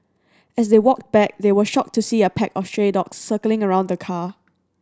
as they walked back they were shocked to see a pack of stray dogs circling around the car